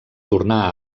tornà